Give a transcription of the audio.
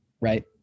right